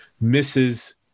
misses